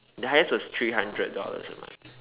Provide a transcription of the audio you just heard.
the highest was three hundred dollars a month